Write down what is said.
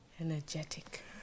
energetic